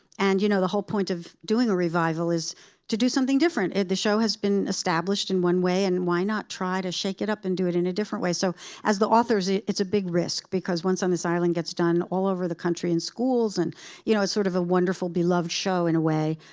and you know the whole point of doing a revival is to do something different. the show has been established in one way, and why not try to shake it up and do it in a different way? so as the authors, it's a big risk, because once on this island gets done all over the country in schools. and you know it's sort of a wonderful, beloved show, in a way,